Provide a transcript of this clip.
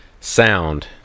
sound